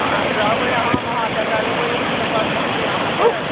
आ रहबै हम अहाँ तऽ करेबै एते तऽ पड़तै हमरे अहाँके